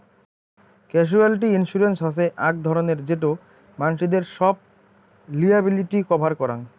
casualty insurance হসে আক ধরণের যেটো মানসিদের সব লিয়াবিলিটি কভার করাং